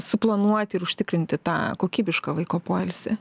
suplanuoti ir užtikrinti tą kokybišką vaiko poilsį